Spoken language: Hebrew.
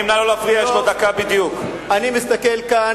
לשם שינוי אני מסכים אתך.